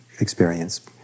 experience